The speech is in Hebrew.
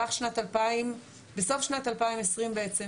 בסוף שנת 2020 בעצם,